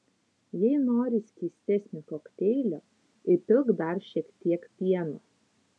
jei nori skystesnio kokteilio įpilk dar šiek tiek pieno